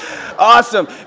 Awesome